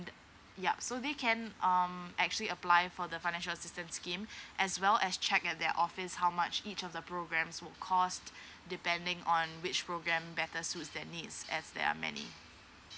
yup so they can um actually apply for the financial assistance scheme as well as check at their office how much each of the programme would cost depending on which programme better suits their needs as there are many